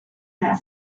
that